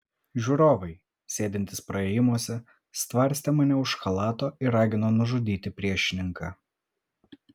žiūrovai sėdintys praėjimuose stvarstė mane už chalato ir ragino nužudyti priešininką